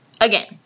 again